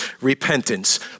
repentance